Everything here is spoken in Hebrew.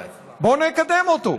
בוא נקדם אותו,